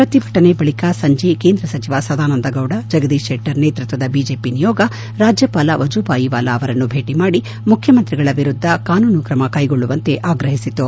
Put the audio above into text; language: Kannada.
ಪ್ರತಿಭಟನೆ ಬಳಿಕ ಸಂಜೆ ಕೇಂದ್ರ ಸಚಿವ ಸದಾನಂದ ಗೌಡ ಜಗದೀಶ್ ಶೆಟ್ಟರ್ ನೇತೃತ್ವದ ಬಿಜೆಪಿ ನಿಯೋಗ ರಾಜ್ಜಪಾಲ ವಜೂಬಾಯಿ ವಾಲಾ ಅವರನ್ನು ಭೇಟಿ ಮಾಡಿ ಮುಖ್ಯಮಂತ್ರಿಗಳ ವಿರುದ್ದ ಕಾನೂನು ಕ್ರಮ ಕೈಗೊಳ್ಳುವಂತೆ ಆಗ್ರಹಿಸಿತು